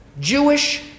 Jewish